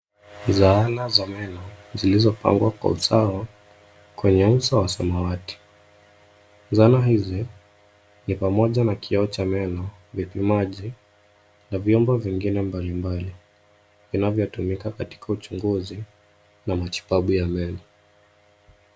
Zana za meno zilizo pangwa kwa usawa kwenye uso wa samawati. Zana hizi ni pamoja na kioo cha meno, vipimaji na vyombo vingine mbalimbali vinavyotumika katika uchunguzi na matibabu ya meno.